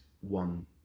one